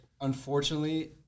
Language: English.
unfortunately